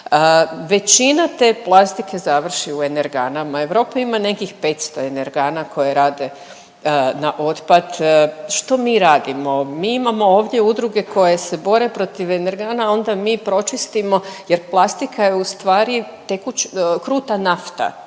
Većina te plastike završi u energanama, Europa ima nekih 500 energana koje rade na otpad. Što mi radimo? Mi imamo ovdje udruge koje se bore protiv energana, a onda mi pročistimo jer plastika je ustvari tekući, kruta nafta